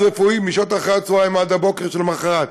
רפואי משעות אחרי-הצהריים עד הבוקר שלמחרת.